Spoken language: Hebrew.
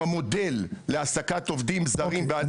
עם המודל להעסקת עובדים זרים --- אוקיי,